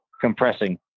compressing